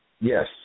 Yes